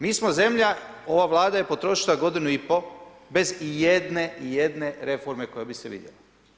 Mi smo zemlja, ova Vlada je potrošila godinu i pol bez ijedne, ijedne reforme koja bi se vidjela.